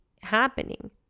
happening